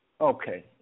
Okay